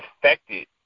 affected